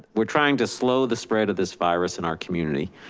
we're trying to slow the spread of this virus in our community,